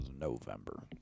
November